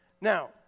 Now